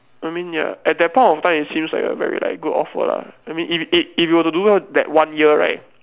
I mean ya at that point of time it seems like a very like good offer lah I mean if if if you were to do well that one year right